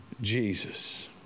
Jesus